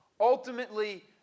ultimately